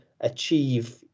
achieve